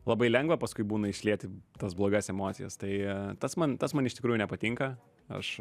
labai lengva paskui būna išlieti tas blogas emocijas tai tas man tas man iš tikrųjų nepatinka aš